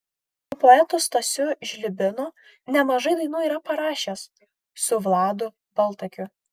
su poetu stasiu žlibinu nemažai dainų yra parašęs su vladu baltakiu